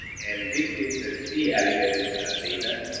and this this ah c. elegans data.